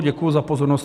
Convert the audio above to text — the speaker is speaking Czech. Děkuji za pozornost.